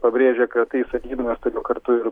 pabrėžė kad tai sakydamas todėl kartu ir